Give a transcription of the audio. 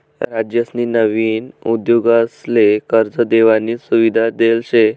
राज्यसनी नवीन उद्योगसले कर्ज देवानी सुविधा देल शे